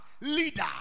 leader